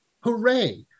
Hooray